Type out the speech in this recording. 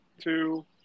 two